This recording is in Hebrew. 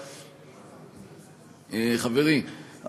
חברי,